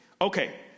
Okay